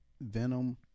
Venom